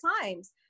times